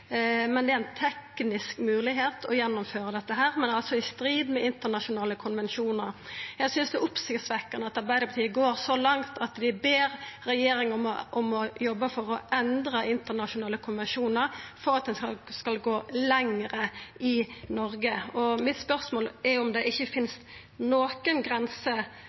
men det er altså i strid med internasjonale konvensjonar. Eg synest det er oppsiktsvekkjande at Arbeidarpartiet går så langt at dei ber regjeringa om å jobba for å endra internasjonale konvensjonar for at ein skal kunna gå lenger i Noreg. Mitt spørsmål er om det ikkje finst